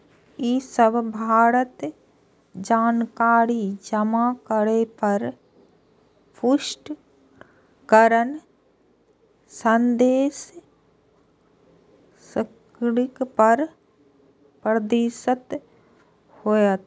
ई सब भरल जानकारी जमा करै पर पुष्टिकरण संदेश स्क्रीन पर प्रदर्शित होयत